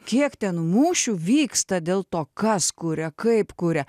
kiek ten mūšių vyksta dėl to kas kuria kaip kuria